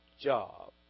job